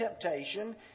temptation